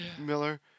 Miller